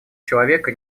человека